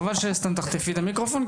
חבל שסתם תחטפי את המיקרופון,